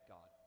God